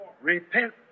Repent